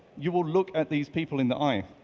you will look at these people in the eye,